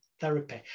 Therapy